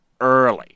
early